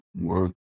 work